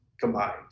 combined